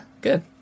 good